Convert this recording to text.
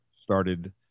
started